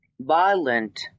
violent